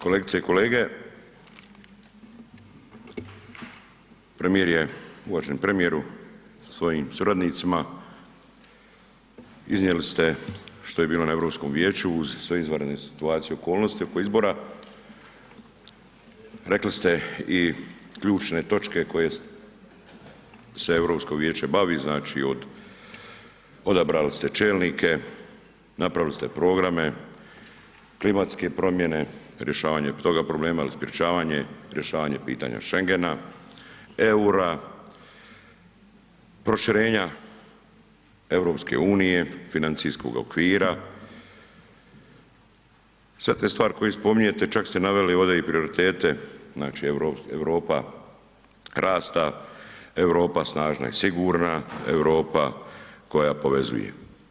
Kolegice i kolege, premijer je, uvaženi premijeru sa svojim suradnicima, iznijeli ste što je bilo na Europskom vijeću uz sve izvanredne situacije i okolnosti oko izbora, rekli ste i ključne točke koje se Europsko vijeće bavi, znači od, odabrali ste čelnike, napravili ste programe, klimatske promjene, rješavanje toga problema i sprječavanje, rješavanje pitanja Schengena, eura, proširenja EU-a, financijskog okvira, sve te stvari koje spominjete, čak ste naveli ovdje i prioritete, znači Europa rasta, Europa snažna i sigurna, Europa koja povezuje.